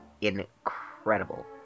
incredible